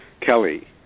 Kelly